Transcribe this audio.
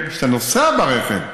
שאתה נוסע ברכב,